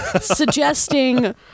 suggesting